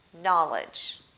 knowledge